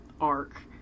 arc